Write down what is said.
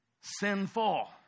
sinful